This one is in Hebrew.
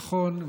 נכון,